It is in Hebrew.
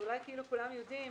אולי כאילו כולם יודעים,